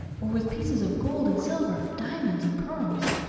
or with pieces of gold and silver, diamonds and pearls.